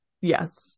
Yes